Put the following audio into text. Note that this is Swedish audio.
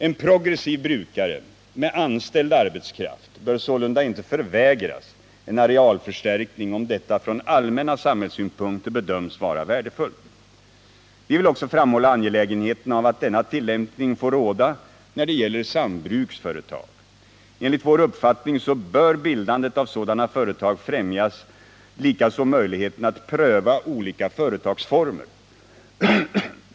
En progressiv brukare med anställd arbetskraft bör sålunda inte förvägras en arealförstärkning, om detta från allmänna samhällssynpunkter bedöms vara värdefullt. Vi vill också framhålla angelägenheten av att denna tillämpning får råda när det gäller sambruksföretag. Enligt vår uppfattning bör bildandet av sådana företag främjas, likaså möjligheten att pröva olika företagsformer.